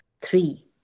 Three